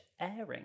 airing